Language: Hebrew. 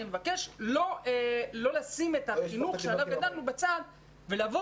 אני מבקש לא לשים את החינוך שעליו גדלנו בצד ולבוא